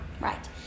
right